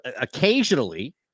occasionally